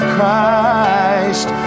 Christ